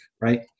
right